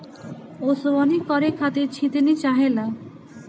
ओसवनी करे खातिर छितनी चाहेला